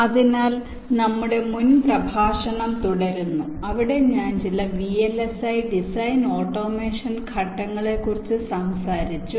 അതിനാൽ നമ്മുടെ മുൻ പ്രഭാഷണം തുടരുന്നു അവിടെ ഞാൻ ചില V L S I design automation ഘട്ടങ്ങളെക്കുറിച്ച് സംസാരിച്ചു